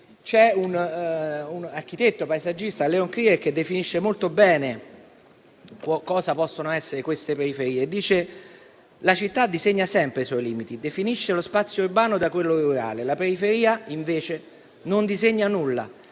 C'è un architetto paesaggista, Leon Krier, che definisce molto bene cosa possono essere queste periferie: «La città disegna sempre i suoi limiti, definisce lo spazio urbano da quello rurale. La periferia, invece, non disegna nulla,